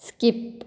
skip